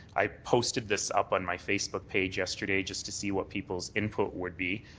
i posted this up on my facebook page yesterday, just to see what people's input would be.